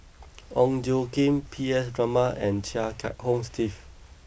Ong Tjoe Kim P S Raman and Chia Kiah Hong Steve